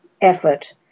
effort